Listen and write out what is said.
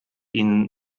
ihnen